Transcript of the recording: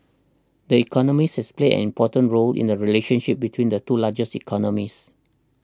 the economist has played an important role in the relationship between the two largest economies